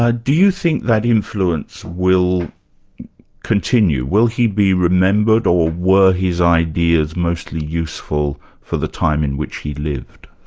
ah do you think that influence will continue? will he be remembered or were his ideas mostly useful for the time in which he lived?